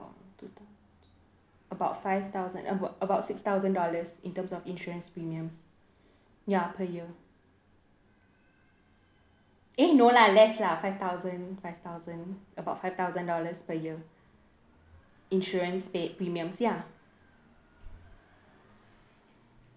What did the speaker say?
about five thousand about about six thousand dollars in terms of insurance premiums ya per year eh no lah less lah five thousand five thousand about five thousand dollars per year insurance paid premiums ya